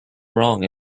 wrong